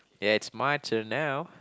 ya it's my turn now